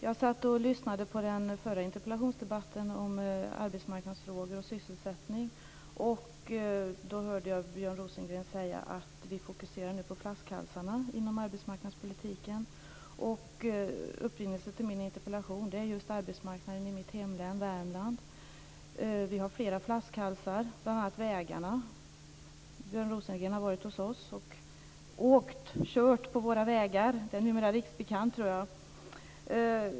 Jag satt och lyssnade på den förra interpellationsdebatten om arbetsmarknadsfrågor och sysselsättning, och då hörde jag Björn Rosengren säga att man nu fokuserar på flaskhalsarna inom arbetsmarknadspolitiken. Upprinnelsen till min interpellation är just arbetsmarknaden i mitt hemlän Värmland. Vi har flera flaskhalsar, bl.a. vägarna. Björn Rosengren har varit hos oss och kört på våra vägar. Det är numera riksbekant, tror jag.